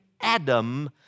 Adam